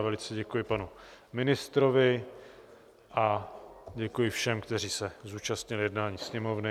Velice děkuji panu ministrovi a děkuji všem, kteří se zúčastnili jednání Sněmovny.